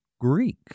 Greek